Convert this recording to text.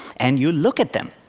and you look at them.